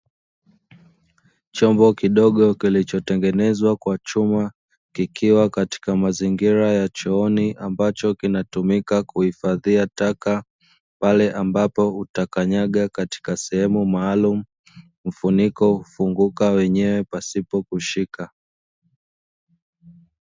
Chombo kidogo kilichotengenezwa kwa chuma kikiwa katika mazingira ya chooni, ambacho kinatumika kuifadhia taka pale ambapo utakanyaga katika sehemu maalumu, mfuniko hufunguka wenyewe pasipo kushika.